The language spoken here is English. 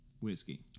whiskey